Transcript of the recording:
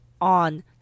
on –